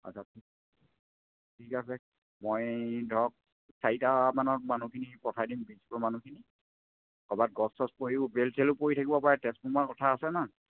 আচ্ছা ঠিক আছে মই ধৰক চাৰিটামানত মানুহখিনি পঠাই দিম বি শ্বিপৰ মানুহখিনি ক'বাত গছ চছ পৰিও বেল চেলো পৰি থাকিব পাৰে ট্ৰেঞ্চফৰ্মাৰৰ কথা আছে ন